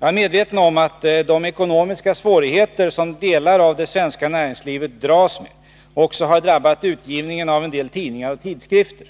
Jag är medveten om att de ekonomiska svårigheter som delar av det svenska näringslivet dras med också har drabbat utgivningen av en del tidningar och tidskrifter.